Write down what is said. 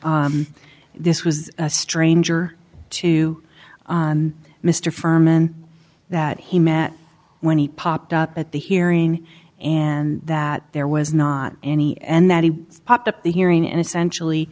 that this was a stranger to mr ferman that he met when he popped up at the hearing and that there was not any and that he popped up the hearing and essentially